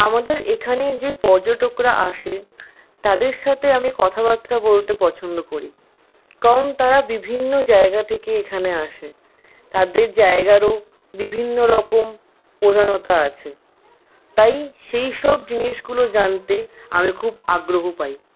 আমাদের এখানে যে পর্যাটকরা আসে তাদের সাথে আমি কথাবার্তা বলতে পছন্দ করি কারণ তারা বিভিন্ন জায়গা থেকে এখানে আসে তাদের জায়গারও বিভিন্ন রকম প্রধানতা আছে তাই সেই সব জিনিসগুলো জানতে আমি খুব আগ্রহ পাই